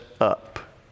up